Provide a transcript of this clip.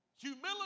Humility